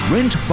Rent